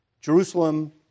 Jerusalem